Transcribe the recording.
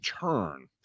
turn